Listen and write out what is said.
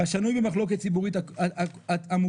השנוי במחלוקת ציבורית עמוקה.